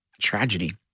tragedy